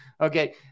okay